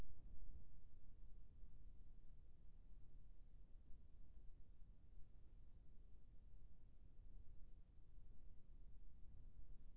कोन कौन सा उपाय हवे जेकर सहायता से हम पशु हमन के देख देख रेख कर पाबो जैसे गरवा कुकरी पालना हवे ता ओकर उपाय?